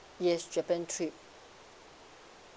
yes japan trip